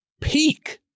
peak